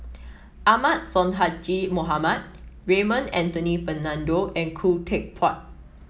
Ahmad Sonhadji Mohamad Raymond Anthony Fernando and Khoo Teck Puat